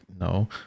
no